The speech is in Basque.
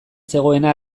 zegoena